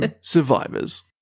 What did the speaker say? survivors